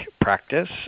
practice